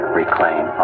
reclaim